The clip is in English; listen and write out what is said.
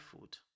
food